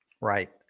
Right